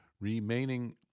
Remaining